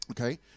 okay